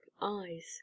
eyes